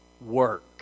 work